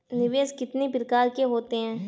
निवेश कितनी प्रकार के होते हैं?